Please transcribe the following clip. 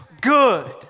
good